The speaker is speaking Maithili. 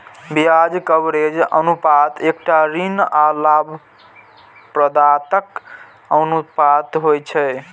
ब्याज कवरेज अनुपात एकटा ऋण आ लाभप्रदताक अनुपात होइ छै